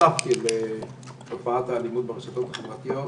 נחשפתי לתופעת האלימות ברשתות החברתיות